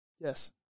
Yes